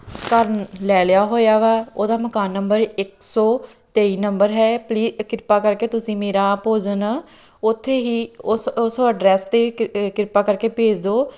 ਘਰ ਲੈ ਲਿਆ ਹੋਇਆ ਵਾ ਉਹਦਾ ਮਕਾਨ ਨੰਬਰ ਇੱਕ ਸੌ ਤੇਈ ਨੰਬਰ ਹੈ ਪਲੀ ਕਿਰਪਾ ਕਰਕੇ ਤੁਸੀਂ ਮੇਰਾ ਭੋਜਨ ਉੱਥੇ ਹੀ ਉਸ ਉਸ ਐਡਰੈੱਸ 'ਤੇ ਕੀ ਕਿਰਪਾ ਕਰਕੇ ਭੇਜ ਦਓ